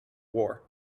war